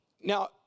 Now